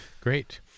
Great